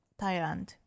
Thailand